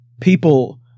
people—